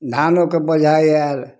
धानोके बोझा आएल